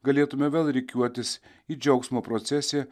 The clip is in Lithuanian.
galėtume vėl rikiuotis į džiaugsmo procesiją